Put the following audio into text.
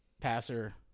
Passer